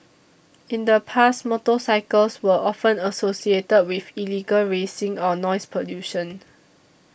in the past motorcycles were often associated with illegal racing or noise pollution